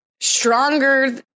stronger